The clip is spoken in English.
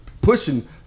pushing